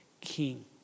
king